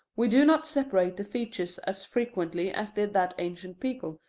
we do not separate the features as frequently as did that ancient people,